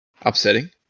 Upsetting